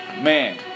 Man